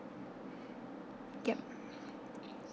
yup